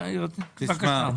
תשמע,